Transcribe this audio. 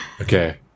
Okay